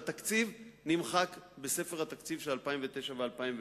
התקציב נמחק בספר התקציב של 2009 ו-2010,